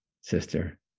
sister